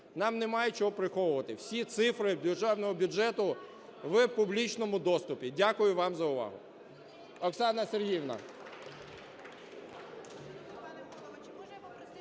нам немає чого приховувати, всі цифри Державного бюджету в публічному доступі. Дякую вам за увагу. Оксана Сергіївна!